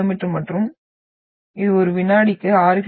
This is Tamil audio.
மீ மற்றும் இது ஒரு வினாடிக்கு 6 கி